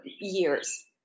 years